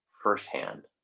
firsthand